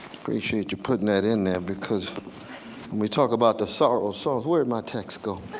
appreciate you putting that in there because when we talk about the sorrow song. where did my text go?